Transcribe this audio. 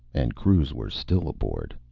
and crews were still aboard.